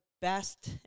best